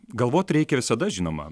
galvot reikia visada žinoma